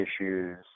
issues